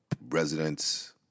Residents